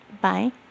Bye